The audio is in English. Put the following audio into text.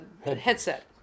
headset